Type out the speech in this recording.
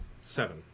seven